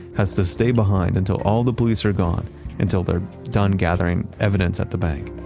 has to stay behind until all the police are gone until they're done gathering evidence at the bank.